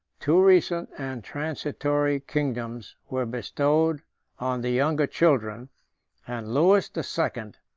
two recent and transitory kingdoms, were bestowed on the younger children and lewis the second,